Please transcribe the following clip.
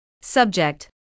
Subject